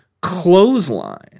clothesline